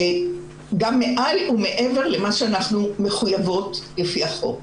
גם מעל ומעבר למה שאנחנו מחויבות לפי החוק.